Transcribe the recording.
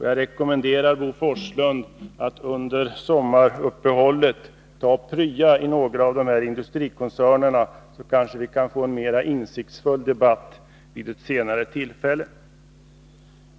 Jag rekommenderar Bo Forslund att under sommaruppehållet prya i någon av dessa industrikoncerner, så kanske vi kan få en mera insiktsfull debatt vid ett senare tillfälle.